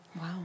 Wow